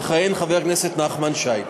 יכהן חבר הכנסת נחמן שי.